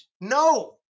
No